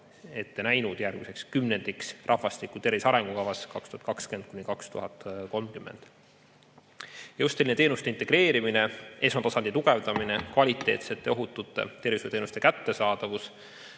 ette näinud järgmiseks kümnendiks rahvastiku tervise arengukavas 2020–2030. Just selline teenuste integreerimine, esmatasandi tugevdamine, kvaliteetsete ja ohutute tervishoiuteenuste kättesaadavus,